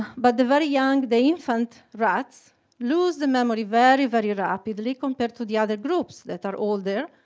but the very young, the infant rats lose the memory very very rapidly compared to the other groups that are older.